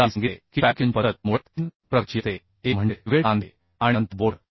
आता मी सांगितले की फॅब्रिकेशनची पद्धत मुळात तीन प्रकारची असते एक म्हणजे रिवेट सांधे आणि नंतर बोल्ट